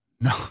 No